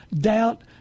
doubt